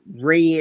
red